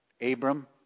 Abram